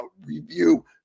review